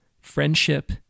friendship